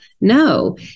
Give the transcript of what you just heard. No